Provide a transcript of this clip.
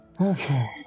Okay